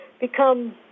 become